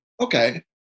okay